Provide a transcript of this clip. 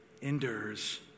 endures